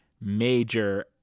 major